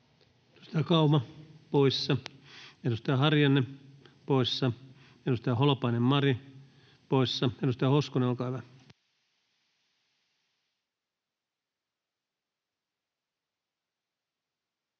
Edustaja Kauma poissa, edustaja Harjanne poissa, edustaja Holopainen, Mari poissa. — Edustaja Hoskonen, olkaa hyvä